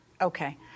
Okay